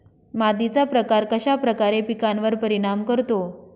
मातीचा प्रकार कश्याप्रकारे पिकांवर परिणाम करतो?